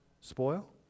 spoil